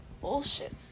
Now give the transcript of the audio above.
bullshit